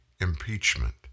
impeachment